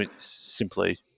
simply